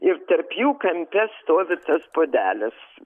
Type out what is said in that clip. ir tarp jų kampe stovi tas puodelis